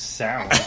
sound